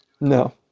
no